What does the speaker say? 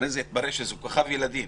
אחרי זה התברר שזה כוכב ילדים.